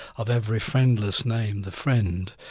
of every friendless name the friend,